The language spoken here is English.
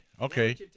Okay